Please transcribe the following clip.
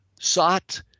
sought –